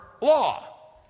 law